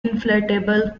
inflatable